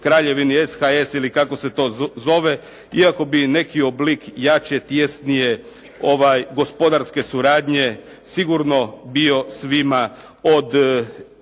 Kraljevini SHS ili kako se to zove iako bi neki oblik jače, tjesnije gospodarske suradnje sigurno bio svima od